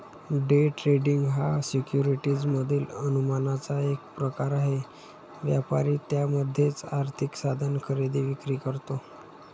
day trading हा securities मधील अनुमानाचा एक प्रकार आहे, व्यापारी त्यामध्येच आर्थिक साधन खरेदी विक्री करतो